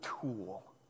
tool